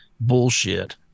bullshit